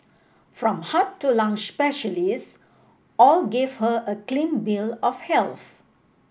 from heart to lung specialists all gave her a clean bill of health